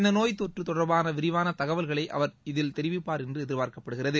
இந்த நோய் தொற்று தொடர்பான விரிவான தகவல்களை அவர் இதில் தெரிவிப்பார் என்று எதிர்பார்க்கப்படுகிறது